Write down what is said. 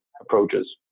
approaches